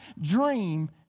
dream